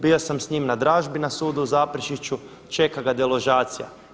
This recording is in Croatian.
Bio sam s njim na dražbi na sudu u Zaprešiću, čeka ga deložacija.